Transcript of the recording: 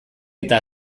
eta